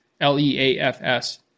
L-E-A-F-S